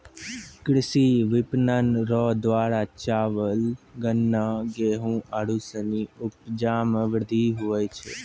कृषि विपणन रो द्वारा चावल, गन्ना, गेहू आरू सनी उपजा मे वृद्धि हुवै छै